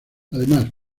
además